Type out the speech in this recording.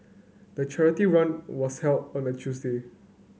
the charity run was held on a Tuesday